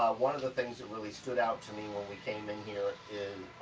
one of the things that really stood out to me when we came in here in,